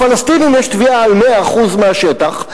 לפלסטינים יש תביעה על 100% השטח.